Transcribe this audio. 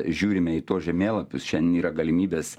žiūrime į tuos žemėlapius šiandien yra galimybės